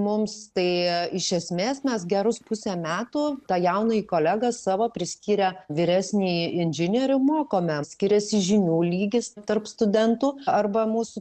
mums tai iš esmės mes gerus pusę metų tą jaunąjį kolegą savo priskyrę vyresnįjį inžinierių mokome skiriasi žinių lygis tarp studentų arba mūsų